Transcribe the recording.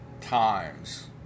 times